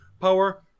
power